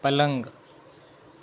પલંગ